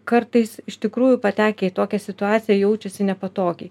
kartais iš tikrųjų patekę į tokią situaciją jaučiasi nepatogiai